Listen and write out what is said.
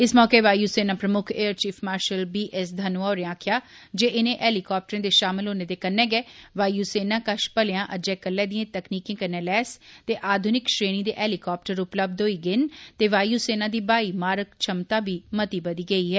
इस मौके वायुसेना प्रमुक्ख air chief marshal B S Dhanoa होरें आक्खेआ जे इनें हेलीकाप्टरें दे शामल होने दे कन्नै गै वायुसेना कश भलेया अज्जै कल्लै दिएं तकनीकें कन्नै लैस ते आधुनिक श्रेणी दे हेलीकाप्टर उपलब्ध होई गे न ते वायुसेना दी ब्हाई मारक छमता बी मती बघी गेई ऐ